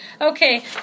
Okay